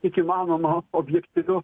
kiek įmanoma objektyviu